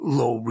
low